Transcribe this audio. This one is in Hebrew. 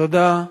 תודה.